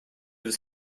his